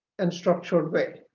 and structured way.